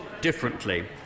differently